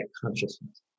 consciousness